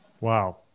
Wow